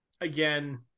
again